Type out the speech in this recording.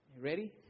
Ready